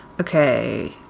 Okay